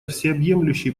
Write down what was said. всеобъемлющий